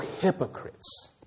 hypocrites